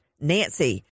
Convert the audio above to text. Nancy